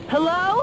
Hello